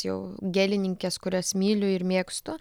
jau gėlininkės kurias myliu ir mėgstu